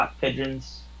pigeons